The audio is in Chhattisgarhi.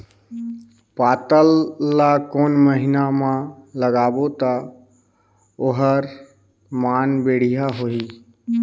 पातल ला कोन महीना मा लगाबो ता ओहार मान बेडिया होही?